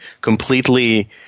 completely